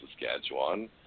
Saskatchewan